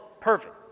Perfect